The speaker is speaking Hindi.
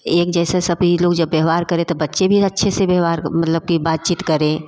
एक जैसा सभी लोग जब व्यवहार करें तब बच्चे भी अच्छे से व्यवहार मतलब कि बातचीत करें